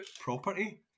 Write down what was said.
property